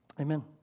Amen